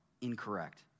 Incorrect